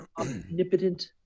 omnipotent